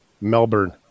Melbourne